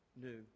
new